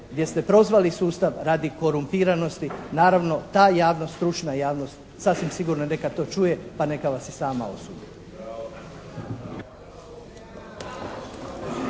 gdje je prozvali sustav radi korumpiranosti. Naravno, ta javno stručna javnost sasvim sigurno neka to čuje pa neka vas i sama osudi.